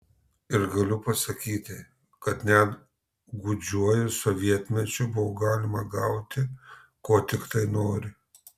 ir galiu pasakyti kad net gūdžiuoju sovietmečiu buvo galima gauti ko tiktai nori